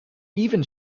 even